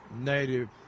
native